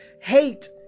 hate